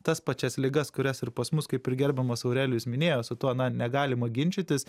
tas pačias ligas kurias ir pas mus kaip ir gerbiamas aurelijus minėjo su tuo na negalima ginčytis